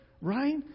Right